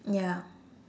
ya